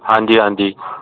ਹਾਂਜੀ ਹਾਂਜੀ